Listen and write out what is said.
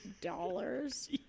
dollars